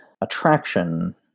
attraction